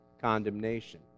condemnation